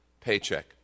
paycheck